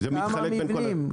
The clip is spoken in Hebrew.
כמה מבנים?